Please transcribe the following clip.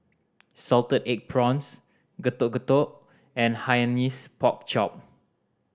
salted egg prawns Getuk Getuk and Hainanese Pork Chop